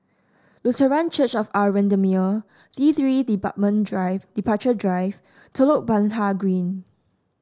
Lutheran Church of Our Redeemer T Three Departure Drive Telok Blangah Green